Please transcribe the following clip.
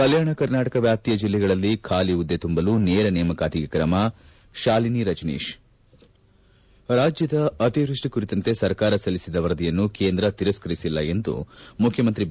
ಕಲ್ಯಾಣ ಕರ್ನಾಟಕ ವ್ಯಾಪ್ತಿಯ ಜಿಲ್ಲೆಗಳಲ್ಲಿ ಖಾಲಿ ಹುದ್ದೆ ತುಂಬಲು ನೇರ ನೇಮಕಾತಿಗೆ ಕ್ರಮ ಶಾಲಿನಿ ರಜನೀಶ್ ರಾಜ್ಯದ ಅತಿವೃಷ್ಟಿ ಕುರಿತಂತೆ ಸರ್ಕಾರ ಸಲ್ಲಿಸಿದ್ದ ವರದಿಯನ್ನು ಕೇಂದ್ರ ತಿರಸ್ಕರಿಸಿಲ್ಲ ಎಂದು ಮುಖ್ಯಮಂತ್ರಿ ಬಿ